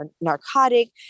narcotic